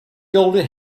goldie